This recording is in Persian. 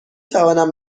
توانم